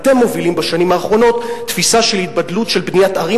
אתם מובילים בשנים האחרונות תפיסה של התבדלות של בניית ערים